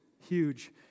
huge